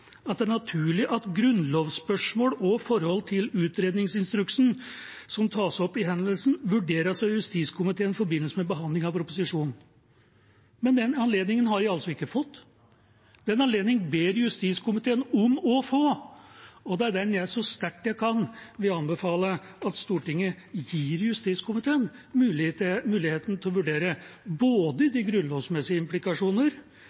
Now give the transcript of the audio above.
forhold til utredningsinstruksen, som tas opp i henvendelsen, vurderes av justiskomiteen i forbindelse med behandlingen av proposisjonen. Men den anledningen har de altså ikke fått. Den anledningen ber justiskomiteen om å få, og jeg vil anbefale, så sterkt jeg kan, at Stortinget gir justiskomiteen mulighet både til å vurdere de grunnlovsmessige implikasjonene – hvorvidt saken er godt nok utredet – og til f.eks. å